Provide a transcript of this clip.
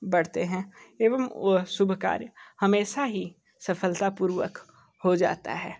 बढ़ते हैं एवं वो शुभ कार्य हमेशा ही सफ़लतापूर्वक हो जाता है